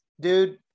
dude